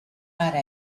ara